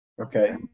Okay